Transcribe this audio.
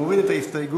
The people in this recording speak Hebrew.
מוריד את ההסתייגות,